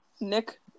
Nick